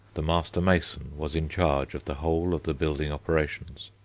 the master-mason was in charge of the whole of the building operations.